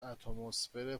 اتمسفر